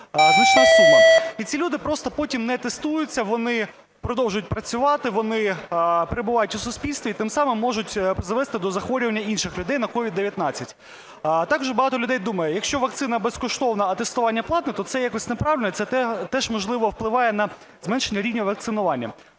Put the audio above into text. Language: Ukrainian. значна сума. І ці люди просто потім не тестуються, вони продовжують працювати, вони перебувають у суспільстві і тим самим можуть призвести до захворювання інших людей на СOVID-19. Також багато людей думає, якщо вакцина безкоштовна, а тестування платне, то це якось неправильно, і це теж, можливо, впливає на зменшення рівня вакцинування.